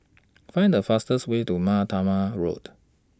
Find The fastest Way to Mar Thoma Road